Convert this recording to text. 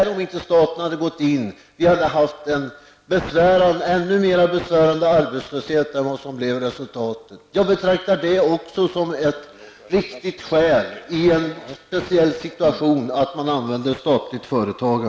Om staten inte hade gått in hade vi haft en ännu besvärligare arbetslöshet än vad som nu blivit resultatet. Jag betraktar också detta som ett viktigt skäl i en speciell situation till statligt företagande.